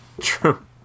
True